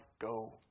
go